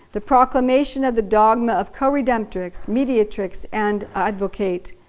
the proclamation of the dogma of co-redemptrix, mediatrix and advocate.